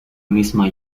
misma